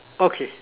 okay